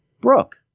Brooke